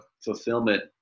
fulfillment